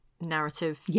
narrative